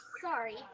Sorry